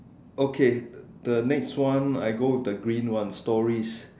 okay the next one I go with the green one stories